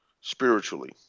Spiritually